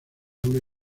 una